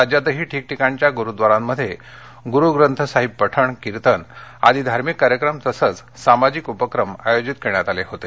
राज्यातही ठिकठिकाणच्या गुरुद्वारांमध्ये गुरु ग्रंथसाहिब पठण कीर्तन आदी धार्मिक कार्यक्रम तसंच सामाजिक उपक्रम आयोजित करण्यात आले होते